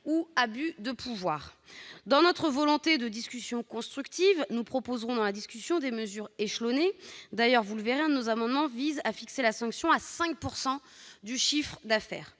tout abus de pouvoir. Dans notre volonté d'une discussion constructive, nous proposerons des mesures échelonnées. D'ailleurs, l'un de nos amendements tend à fixer la sanction à 5 % du chiffre d'affaires.